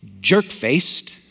jerk-faced